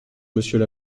monsieur